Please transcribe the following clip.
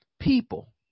people